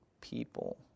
people